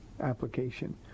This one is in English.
application